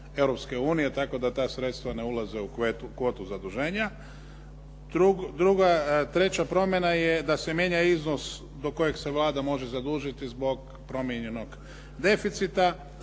Europske unije tako da ta sredstva ne ulaze u kvotu zaduženja. Treća promjena je da se mijenja iznos do kojeg se Vlada može zadužiti zbog promijenjenog deficita,